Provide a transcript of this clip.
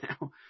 now